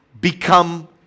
become